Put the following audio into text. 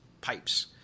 pipes